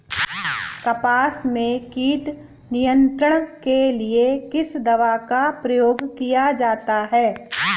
कपास में कीट नियंत्रण के लिए किस दवा का प्रयोग किया जाता है?